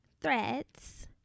threads